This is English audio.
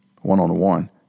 one-on-one